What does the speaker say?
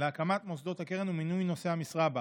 להקמת מוסדות הקרן ומינוי נושאי המשרה בה,